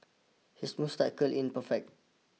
his moustache curl in perfect